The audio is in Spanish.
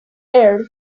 earth